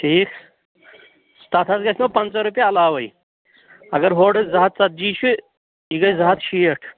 ٹھیٖک تَتھ حظ گَژھیو پَنٛژاہ رۄپیہٕ علاوَے اگر ہورٕ زٕ ہَتھ ژَتجی چھِ یہِ گَژھِ زٕ ہَتھ شیٹھ